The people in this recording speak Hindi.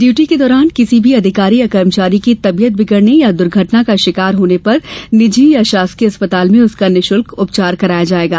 ड्यूटी के दौरान किसी भी अधिकारी या कर्मचारी की तबीयत बिगड़ने या दुर्घटना का शिकार होने पर निजी या शासकीय अस्पताल में उसका निशुल्क उपचार कराया जाएगा